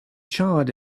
charred